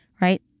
right